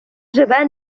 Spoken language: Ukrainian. живе